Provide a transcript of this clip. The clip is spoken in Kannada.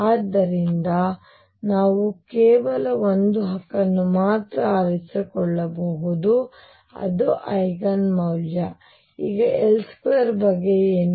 ಆದ್ದರಿಂದ ನಾವು ಕೇವಲ ಒಂದು ಹಕ್ಕನ್ನು ಮಾತ್ರ ಆರಿಸಿಕೊಳ್ಳಬಹುದು ಮತ್ತು ಐಗನ್ ಮೌಲ್ಯ ಇದು ಈಗ L2 ಬಗ್ಗೆ ಏನು